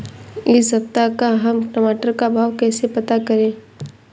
इस सप्ताह का हम टमाटर का भाव कैसे पता करें?